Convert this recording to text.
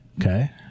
Okay